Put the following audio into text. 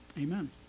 Amen